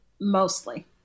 Mostly